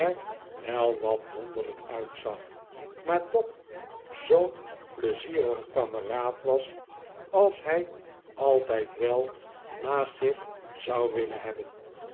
wel wat wonderlijk uitzag maar toch zoo'n pleizierige kameraad was als hij altijd wel naast zich zou willen hebben